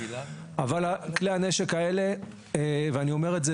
אבל כלי הנשק האלה, ואני אומר את זה